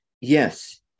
Yes